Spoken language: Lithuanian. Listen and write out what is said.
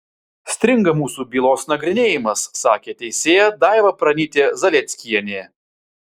stringa mūsų bylos nagrinėjimas sakė teisėja daiva pranytė zalieckienė